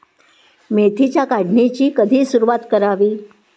मेथीच्या काढणीची कधी सुरूवात करावी?